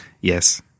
Yes